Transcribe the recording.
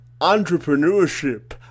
entrepreneurship